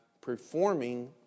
performing